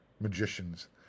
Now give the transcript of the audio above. magicians